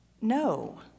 no